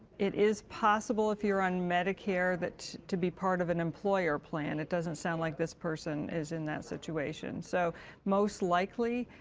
it is possible, if you're on medicare, to be part of an employer plan. it doesn't sound like this person is in that situation, so most likely,